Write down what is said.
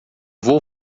vou